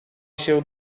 się